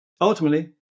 Ultimately